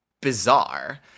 bizarre